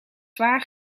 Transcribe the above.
zwaar